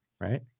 right